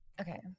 Okay